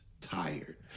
tired